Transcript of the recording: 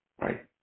Right